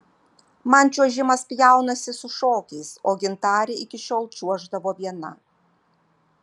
man čiuožimas pjaunasi su šokiais o gintarė iki šiol čiuoždavo viena